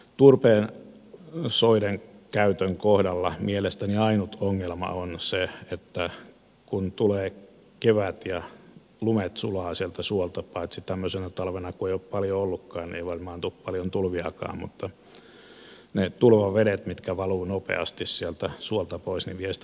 turpeen soiden käytön kohdalla mielestäni ainut ongelma on se että kun tulee kevät ja lumet sulavat sieltä suolta paitsi tämmöisenä talvena kun ei ole paljon ollutkaan niin ei varmaan tule paljon tulviakaan ne tulvavedet mitkä valuvat nopeasti sieltä suolta pois vievät sitä humusta mukanaan